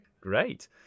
Great